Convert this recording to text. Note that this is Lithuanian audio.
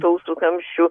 tų ausų kamščių